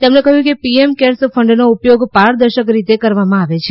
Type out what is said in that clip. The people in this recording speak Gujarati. તેમણે કહ્યું કે પીએમકેર્સ ફંડનો ઉપયોગ પારદર્શક રીતે કરવામાં આવે છે